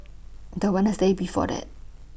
The Wednesday before that